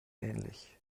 ähnlich